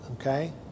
Okay